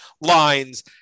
lines